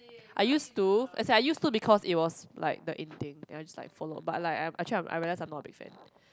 I used to as in I used to because it was like the in thing and like I just followed but like I realised I'm not a big fan